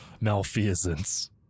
malfeasance